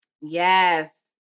Yes